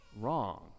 wrong